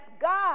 God